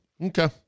okay